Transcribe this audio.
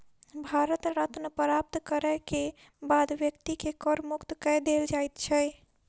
भारत रत्न प्राप्त करय के बाद व्यक्ति के कर मुक्त कय देल जाइ छै